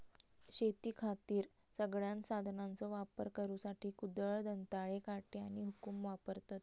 शेतीखातीर सगळ्यांत साधनांचो वापर करुसाठी कुदळ, दंताळे, काटे आणि हुकुम वापरतत